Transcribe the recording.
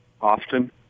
often